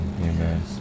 Amen